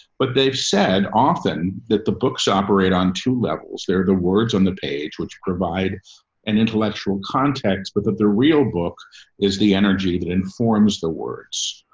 but they've said often that the books operate on two levels. they're the words on the page which provide an intellectual context. but the real book is the energy that informs the words.